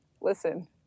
Listen